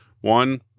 One